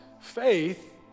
Faith